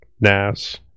NAS